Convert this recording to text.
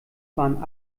waren